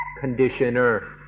conditioner